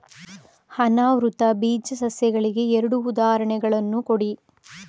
ಅನಾವೃತ ಬೀಜ ಸಸ್ಯಗಳಿಗೆ ಎರಡು ಉದಾಹರಣೆಗಳನ್ನು ಕೊಡಿ